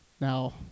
Now